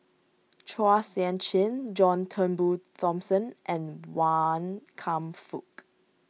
Chua Sian Chin John Turnbull Thomson and Wan Kam Fook